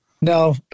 No